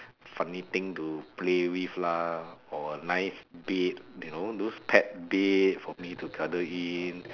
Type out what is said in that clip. funny thing to play with lah or a nice bed you know those pet bed for me to cuddle in